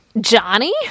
Johnny